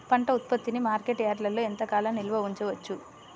పంట ఉత్పత్తిని మార్కెట్ యార్డ్లలో ఎంతకాలం నిల్వ ఉంచవచ్చు?